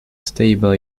stable